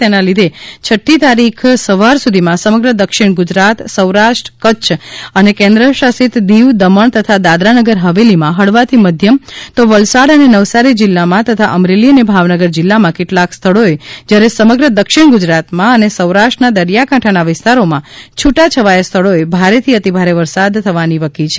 તેના લીધે છઠ્ઠી તારીખ સવાર સુધીમાં સમગ્ર દક્ષિણ ગુજરાત સૌરાષ્ટ્ર કચ્છ અને કેન્દ્ર શાસિત દીવ દમણ તથા દાદરાનગર હવેલીમાં હળવાથી મધ્યમ તો વલસાડ અને નવસારી જિલ્લામાં તથા અમરેલી અને ભાવનગર જિલ્લામાં કેટલાંક સ્થળોએ જ્યારે સમગ્ર દક્ષિણ ગુજરાતમાં અને સૌરાષ્ટ્રના દરિયાકાંઠાના વિસ્તારોમાં છૂટા છવાયાં સ્થળોએ ભારેથી અતિભારે વરસાદ થવાની વકી છે